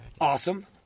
Awesome